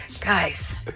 Guys